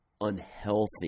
unhealthy